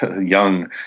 young